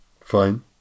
Fine